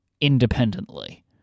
independently